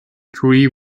tree